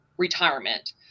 retirement